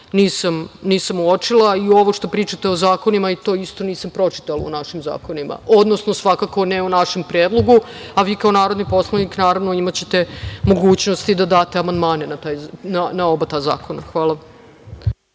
nisam uočila. I ovo što pričate o zakonima, to isto nisam pročitala u našim zakonima, odnosno svakako ne u našem predlogu. Vi kao narodni poslanik, naravno, imaćete mogućnosti da date amandmane na oba ta zakona. Hvala